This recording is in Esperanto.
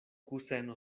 kuseno